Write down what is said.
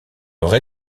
rez